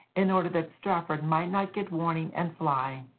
in order that strafford might not get warning and fly.